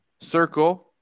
circle